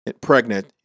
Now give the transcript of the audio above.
pregnant